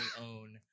own